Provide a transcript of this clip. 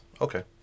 okay